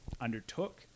undertook